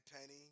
Penny